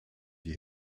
die